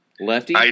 Lefty